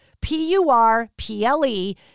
p-u-r-p-l-e